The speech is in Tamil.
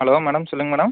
ஹலோ மேடம் சொல்லுங்கள் மேடம்